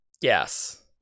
Yes